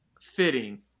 fitting